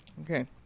Okay